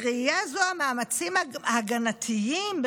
בראייה זו המאמצים ה'הגנתיים',